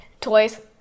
Toys